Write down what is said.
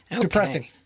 Depressing